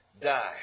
die